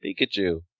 Pikachu